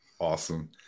Awesome